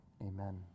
Amen